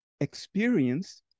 experience